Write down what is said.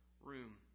room